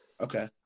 Okay